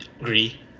agree